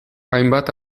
hainbat